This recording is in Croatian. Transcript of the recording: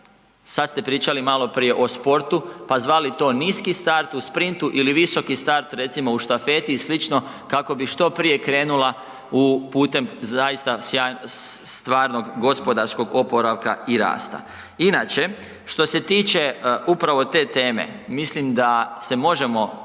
Sad ste pričali maloprije o sportu, pa zvali to niski start u sprintu ili visoki start, recimo, u štafeti i slično kako bi što prije krenula u, putem zaista stvarnog gospodarskog oporavka i rasta. Inače, što se tiče upravo te teme, mislim da se možemo